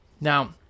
Now